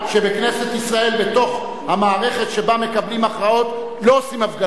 בכנסת ישראל בתוך המערכת שבה מקבלים הכרעות לא עושים הפגנות.